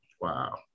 Wow